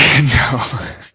No